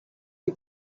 you